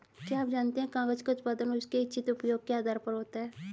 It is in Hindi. क्या आप जानते है कागज़ का उत्पादन उसके इच्छित उपयोग के आधार पर होता है?